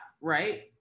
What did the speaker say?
right